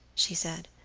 she said.